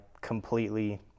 completely